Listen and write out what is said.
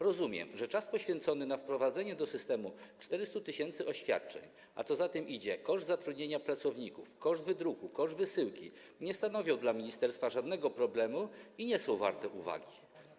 Rozumiem, że czas poświęcony na wprowadzenie do systemu 400 tys. oświadczeń i, co za tym idzie, koszt zatrudnienia pracowników, koszt wydruku, koszt wysyłki nie stanowią dla ministerstwa żadnego problemu i nie są warte uwagi.